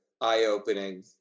eye-opening